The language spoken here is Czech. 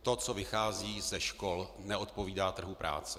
To, co vychází ze škol, neodpovídá trhu práce.